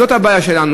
זאת הבעיה שלנו.